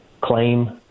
claim